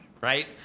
right